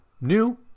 new